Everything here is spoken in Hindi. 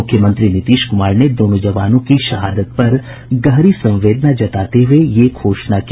मुख्यमंत्री नीतीश कुमार ने दोनों जवानों की शहादत पर गहरी संवेदना जताते हुए यह घोषणा की